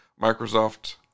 microsoft